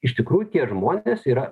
iš tikrųjų tie žmonės yra